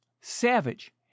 Savage